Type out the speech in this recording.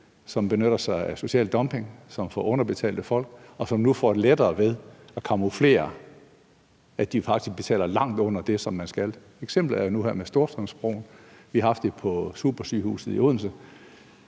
som benytter sig af social dumping, som underbetaler folk, og som nu får et lettere ved at camouflere, at de faktisk betaler langt under det, som man skal? Nu er der eksemplet her med Storstrømsbroen, og vi har set det med supersygehuset i Odense.